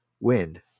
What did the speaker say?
wind